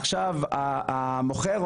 עכשיו המוכר,